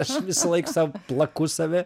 aš visąlaik sau plaku save